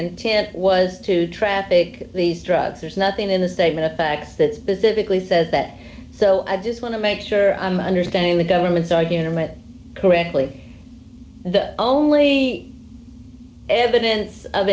intent was to trap big these drugs there's nothing in the statement of facts that specifically says that so i just want to make sure i'm understanding the government's argument correctly the only evidence of